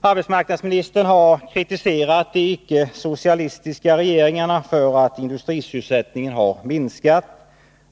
Arbetsmarknadsministern har kritiserat de icke-socialistiska regeringarna för att industrisysselsättningen har minskat.